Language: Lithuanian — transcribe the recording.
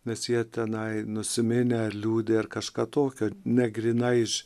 nes jie tenai nusiminę liūdi ar kažką tokio negryna iš